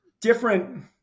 different